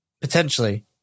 potentially